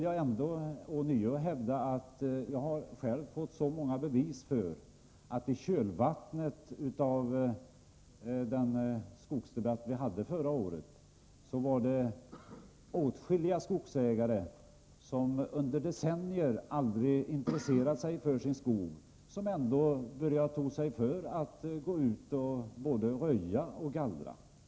Jag har fått många bevis för att i kölvattnet på skogsvårdsdebatten förra året åtskilliga skogsägare, som under decennier aldrig har intresserat sig för sin skog, börjat ta sig för att röja och gallra.